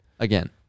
Again